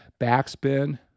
backspin